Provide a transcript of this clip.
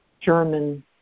German